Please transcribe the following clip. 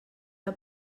del